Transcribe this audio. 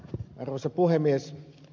arvoisa puhemies